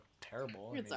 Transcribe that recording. terrible